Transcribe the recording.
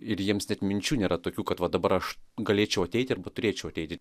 ir jiems net minčių nėra tokių kad va dabar aš galėčiau ateiti arba turėčiau ateiti